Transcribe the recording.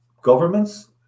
governments